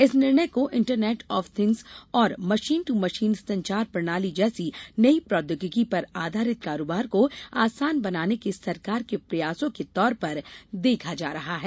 इस निर्णय को इंटरनेट ऑफ थिंग्ज़ और मशीन ट्र मशीन संचार प्रणाली जैसी नई प्रौद्योगिकी पर आधारित कारोबार को आसान बनाने के सरकार के प्रयासों के तौर पर देखा जा रहा है